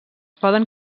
poden